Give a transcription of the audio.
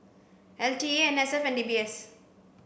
l T A N S F and D B S